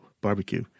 barbecue